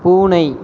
பூனை